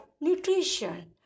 nutrition